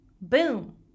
Boom